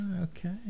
okay